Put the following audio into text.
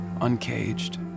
uncaged